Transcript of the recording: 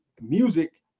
music